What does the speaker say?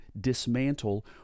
dismantle